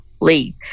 leave